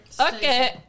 Okay